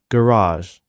Garage